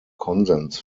konsens